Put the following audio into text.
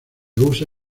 usa